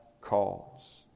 calls